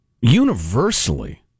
universally